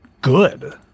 good